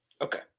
Okay